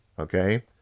Okay